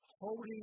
Holding